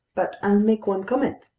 but i'll make one comment.